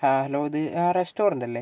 ആ ഹലോ ഇത് ആ റസ്റ്റോറൻറ്റല്ലേ